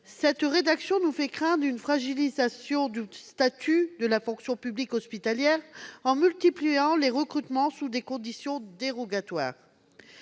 Cette rédaction nous fait craindre une fragilisation du statut de la fonction publique hospitalière en multipliant les recrutements sous des conditions dérogatoires.